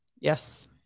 Yes